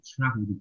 travel